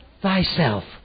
thyself